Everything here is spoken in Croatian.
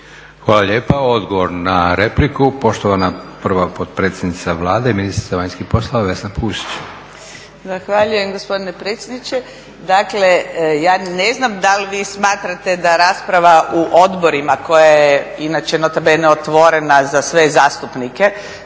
Hvala lijepa. Odgovor na repliku poštovana prva potpredsjednica Vlade i ministrica vanjskih poslova Vesna Pusić. **Pusić, Vesna (HNS)** Zahvaljujem gospodine predsjedniče. Dakle ja ni ne znam da li vi smatrate da rasprava u odborima koja je inače nota bene otvorena za sve zastupnike,